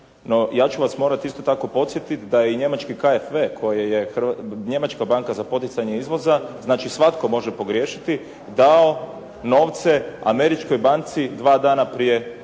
ja ću vas morati isto tako podsjetiti da je Njemački KFV, Njemačka banka za poticanje izvoza, znači svatko može pogriješiti dao nove Američkoj banci dva dana prije sloma.